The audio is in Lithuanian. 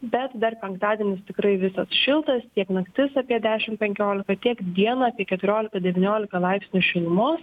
bet dar penktadienis tikrai visas šiltas tiek naktis apie dešim penkiolika tiek dieną apie keturiolika devyniolika laipsnių šilumos